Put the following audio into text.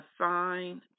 assign